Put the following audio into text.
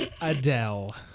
Adele